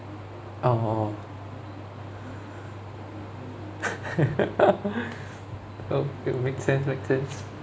orh okay make sense make sense